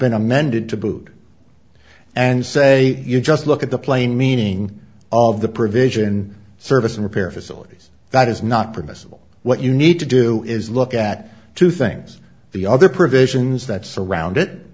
been amended to boot and say you just look at the plain meaning of the provision service and repair facilities that is not permissible what you need to do is look at two things the other provisions that surround